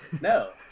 No